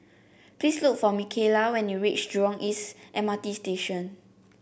please look for Micaela when you reach Jurong East M R T Station